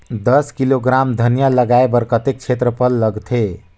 दस किलोग्राम धनिया लगाय बर कतेक क्षेत्रफल लगथे?